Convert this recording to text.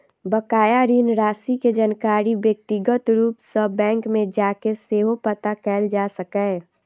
बकाया ऋण राशि के जानकारी व्यक्तिगत रूप सं बैंक मे जाके सेहो पता कैल जा सकैए